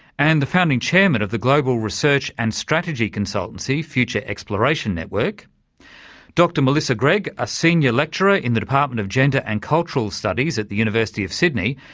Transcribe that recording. and the founding chairman of the global research and strategy consultancy, future exploration network dr melissa greg, a senior lecturer in the department of gender and cultural studies at the university of sydney,